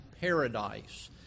paradise